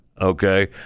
Okay